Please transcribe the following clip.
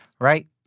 right